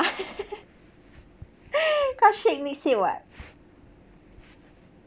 cause [what]